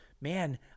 man